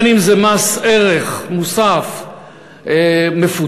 בין שזה מס ערך מוסף מפוצל,